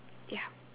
ya